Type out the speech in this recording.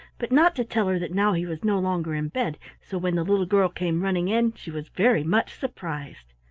but not to tell her that now he was no longer in bed, so when the little girl came running in she was very much surprised.